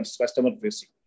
customer-facing